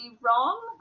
wrong